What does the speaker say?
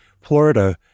Florida